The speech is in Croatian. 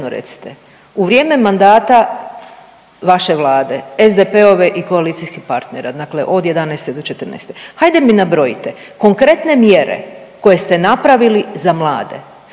u vrijeme mandata vaše Vlade, SDP-ove i koalicijskih partnera, dakle od '11. do '14., hajde mi nabrojite konkretne mjere koje ste napravili za mlade.